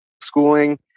schooling